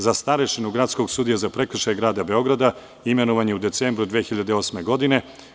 Za starešinu Gradskog sudije za prekršaje Grada Beograda imenovan je u decembru 2008. godine.